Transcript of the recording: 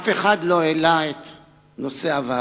אף אחד לא העלה את נושא הוועדה.